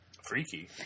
Freaky